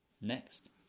Next